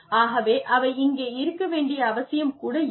ஆகவே அவை இங்கே இருக்க வேண்டிய அவசியம் கூட இல்லை